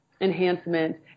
enhancement